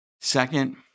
Second